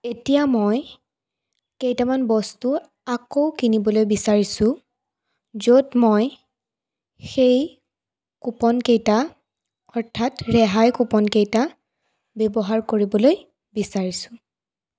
এতিয়া মই কেইটামান বস্তু আকৌ কিনিবলৈ বিচাৰিছোঁ য'ত মই সেই কুপনকেইটা অৰ্থাৎ ৰেহাই কুপনকেইটা ব্যৱহাৰ কৰিবলৈ বিচাৰিছোঁ